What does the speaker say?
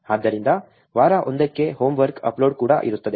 ಆದ್ದರಿಂದ ವಾರ 1 ಕ್ಕೆ ಹೋಮ್ವರ್ಕ್ ಅಪ್ಲೋಡ್ ಕೂಡ ಇರುತ್ತದೆ